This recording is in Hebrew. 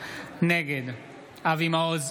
נגד אבי מעוז,